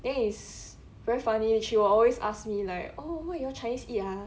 then is very funny and she will always ask me like oh what you all chinese eat ah